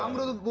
um little